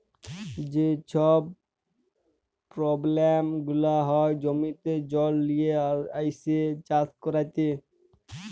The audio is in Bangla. যে ছব পব্লেম গুলা হ্যয় জমিতে জল লিয়ে আইসে চাষ ক্যইরতে